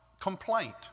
complaint